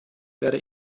werde